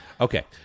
Okay